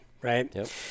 right